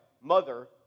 mother